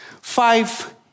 five